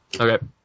Okay